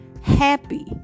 happy